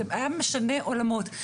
זה היה משנה עולמות.